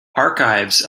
archives